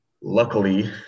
Luckily